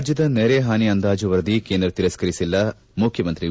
ರಾಜ್ಯದ ನೆರೆ ಹಾನಿ ಅಂದಾಜು ವರದಿಯನ್ನು ಕೇಂದ್ರ ತಿರಸ್ಕರಿಸಿಲ್ಲ ಮುಖ್ಯಮಂತ್ರಿ ಬಿ